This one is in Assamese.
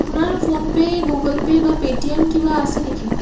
আপোনাৰ ফোন পে' গুগুল পে' বা পে'টিএম কিবা আছে নেকি